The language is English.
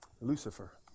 Lucifer